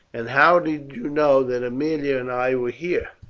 and how did you know that aemilia and i were here?